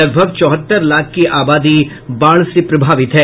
लगभग चौहत्तर लाख की आबादी बाढ़ से प्रभावित हैं